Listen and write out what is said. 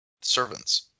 servants